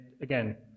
again